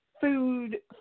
food